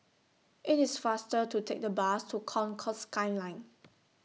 IT IS faster to Take The Bus to Concourse Skyline